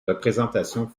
représentations